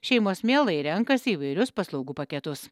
šeimos mielai renkasi įvairius paslaugų paketus